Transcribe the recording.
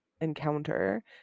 encounter